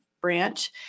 branch